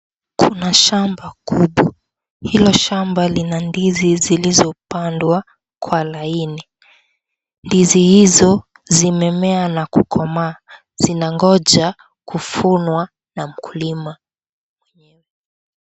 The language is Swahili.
Kuna shamba kubwa. Hilo shamba lina ndizi zilizopandwa kwa laini. Ndizi hizo zimemea na kukomaa zinangonja kuvunwa na mkulima.